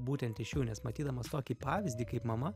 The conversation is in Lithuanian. būtent iš jų nes matydamas tokį pavyzdį kaip mama